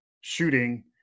shooting